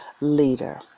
leader